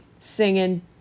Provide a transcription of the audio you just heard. singing